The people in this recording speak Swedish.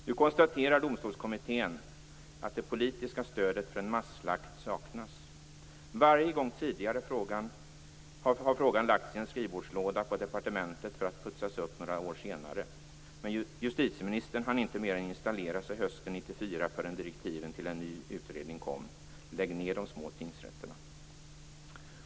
Nu konstaterar Domstolskommittén - som man gjort så många gånger förr - att det politiska stödet för en masslakt av små tingsrätter saknas. Varje gång tidigare har frågan lagts i en skrivbordslåda på departementet för att putsas upp några år senare. Men justitieministern hann inte mer än installera sig hösten 1994 förrän direktiven till en ny utredning kom: "Lägg ned de små tingsrätterna!"